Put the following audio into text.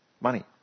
money